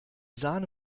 sahne